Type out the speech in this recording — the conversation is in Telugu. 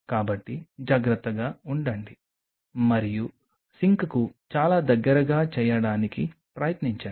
కాబట్టి జాగ్రత్తగా ఉండండి మరియు సింక్కు చాలా దగ్గరగా చేయడానికి ప్రయత్నించండి